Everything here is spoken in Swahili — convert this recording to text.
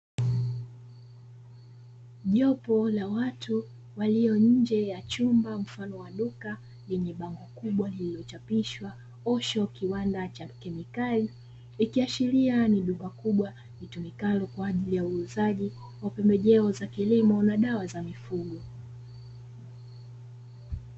Jopo la watu walio nje ya chumba mfano wa duka, lenye bango kubwa lilichochapishwa "Osho kiwanda cha kemikali", ikiashiria ni duka kubwa litumikalo kwa ajili ya uuzaji wa pembejeo za kilimo na dawa za mifugo.